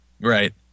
Right